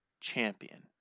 champion